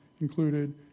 included